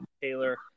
Taylor